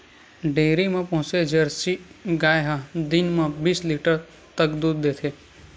dairy म पोसे Jersey गाय ह दिन म बीस लीटर तक दूद देथे